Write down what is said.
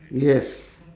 yes